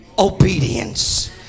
obedience